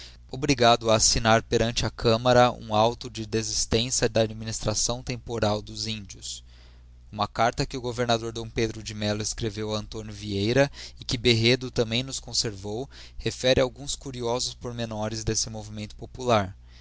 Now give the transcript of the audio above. obrigado a assignar perante a gamara um auto de desistência da administração temporal dos índios uma carta que o governador d pedro de mello escreveu a antónio vieira e que berredo também nos conservou refere alguns curiosos pormenores deste movimento popular